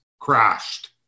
crashed